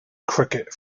cricket